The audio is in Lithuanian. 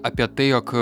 apie tai jog